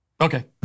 Okay